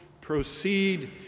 proceed